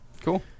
Cool